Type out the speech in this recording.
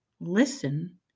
listen